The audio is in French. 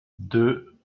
deux